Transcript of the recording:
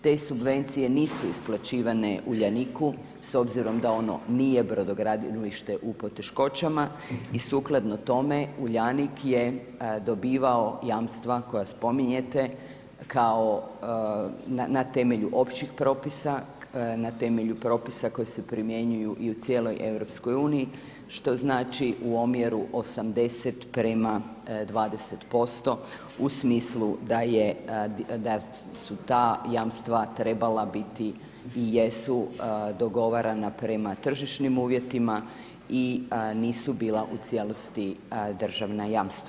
Te subvencije nisu isplaćivane Uljaniku, s obzirom da ono nije brodogradilište u poteškoćama i sukladno tome, Uljanik je dobivao jamstva koja spominjete na temelju općih propisa, na temelju propisa koje se primjenjuju i u cijeloj EU, što znači u omjeru 82:20% u smislu da su ta jamstva trebala biti i jesu dogovarana prema tržišnim uvjetima i nisu bila u cijelosti državna jamstva.